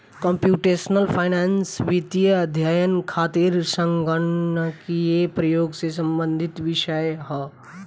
computational finance वित्तीय अध्ययन खातिर संगणकीय प्रयोग से संबंधित विषय ह